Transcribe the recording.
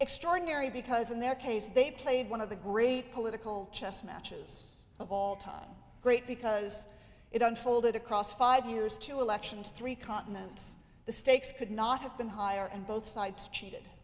extraordinary because in their case they played one of the great political chess matches of all time great because it unfolded across five years two elections three continents the stakes could not have been higher and both sides cheated